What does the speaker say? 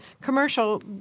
commercial